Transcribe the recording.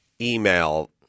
email